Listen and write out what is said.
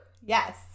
Yes